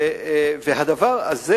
והדבר הזה